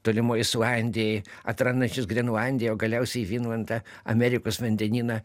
tolimoj islandijoj atrandančius grenlandiją o galiausiai vinlandą amerikos vandenyną